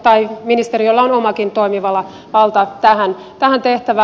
ministeriöllä on omakin toimivalta tähän tehtävään